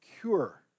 cure